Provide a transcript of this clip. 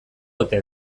ote